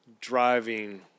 driving